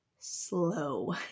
slow